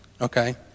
okay